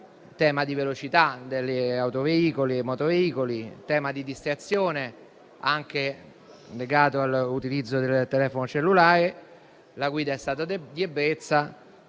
sono la velocità di autoveicoli e motoveicoli, la distrazione, anche legata all'utilizzo del telefono cellulare, la guida in stato di ebbrezza